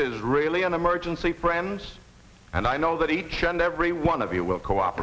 is really an emergency friends and i know that each and every one of you will co op